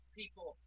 people